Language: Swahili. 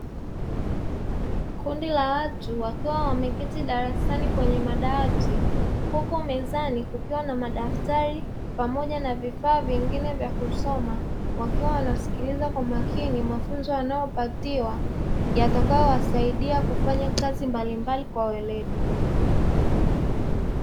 Kundi la watu wakiwa wameketi darasani kwenye madawati, huku mezani kukiwa na madaftari pamoja na vifaa vingine vya kusoma, wakiwa wanasikiliza kwa makini mafunzo wanayopatiwa, yatakayowasaidia kufanya kazi mbalimbali kwa weledi.